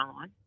on